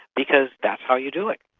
because that's how you do it.